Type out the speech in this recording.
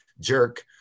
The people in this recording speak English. jerk